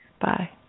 Bye